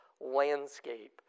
landscape